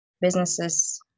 businesses